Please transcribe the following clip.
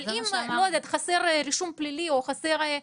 אבל אם חסר רישום פלילי או חסר,